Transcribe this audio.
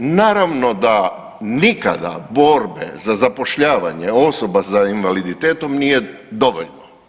Naravno da nikada borbe za zapošljavanje osoba sa invaliditetom nije dovoljno.